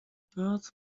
birds